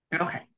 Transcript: Okay